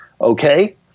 okay